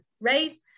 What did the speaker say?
raise